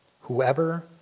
Whoever